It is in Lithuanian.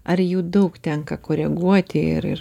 ar jų daug tenka koreguoti ir ir